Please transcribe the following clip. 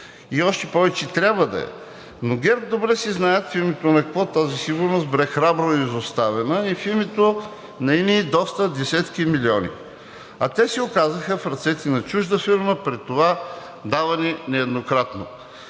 И още повече трябва да е! Но ГЕРБ добре си знаят в името на какво тази сигурност бе храбро изоставена – в името на едни доста десетки милиони, а те се оказаха в ръцете на чужда фирма, при това давани нееднократно.